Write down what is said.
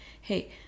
hey